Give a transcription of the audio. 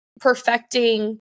perfecting